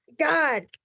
God